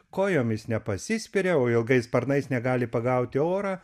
kojomis nepasiskiria o ilgais sparnais negali pagauti orą